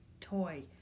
toy